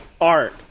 Art